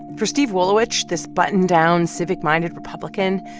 for steve wolowicz, this buttoned-down civic-minded republican,